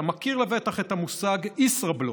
אתה מכיר לבטח את המושג ישראבלוף.